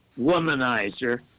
womanizer